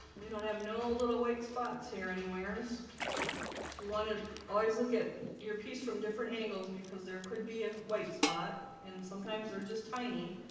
we don't have no little white spots here anywheres you want to always look at your piece from different angles because there could be a white spot and sometimes they're just tiny